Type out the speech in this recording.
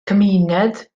cymuned